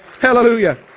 Hallelujah